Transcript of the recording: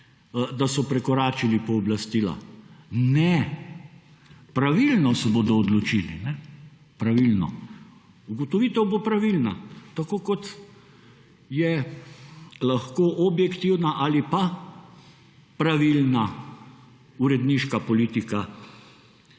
da so prekoračili pooblastila. Ne, pravilno se bodo odločili, pravilno. Ugotovitev bo pravilna, tako kot je lahko objektivna ali pa pravilna uredniška politika